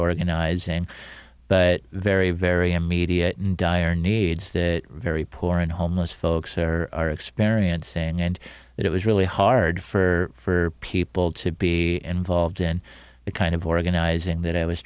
organizing but very very immediate and dire needs that very poor and homeless folks there are experiencing and that it was really hard for people to be and involved in the kind of organizing that i was